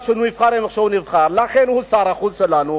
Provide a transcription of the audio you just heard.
בגלל שהוא נבחר איך שהוא נבחר, הוא שר החוץ שלנו.